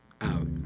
out